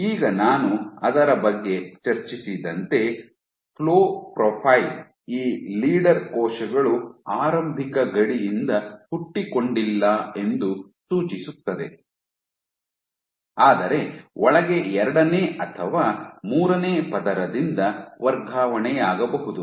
ಈಗ ನಾನು ಅದರ ಬಗ್ಗೆ ಚರ್ಚಿಸಿದಂತೆ ಫ್ಲೋ ಪ್ರೊಫೈಲ್ ಈ ಲೀಡರ್ ಕೋಶಗಳು ಆರಂಭಿಕ ಗಡಿಯಿಂದ ಹುಟ್ಟಿಕೊಂಡಿಲ್ಲ ಎಂದು ಸೂಚಿಸುತ್ತದೆ ಆದರೆ ಒಳಗೆ ಎರಡನೇ ಅಥವಾ ಮೂರನೇ ಪದರದಿಂದ ವರ್ಗಾವಣೆಯಾಗಬಹುದು